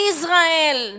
Israel